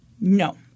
No